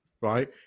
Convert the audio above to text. right